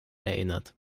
erinnert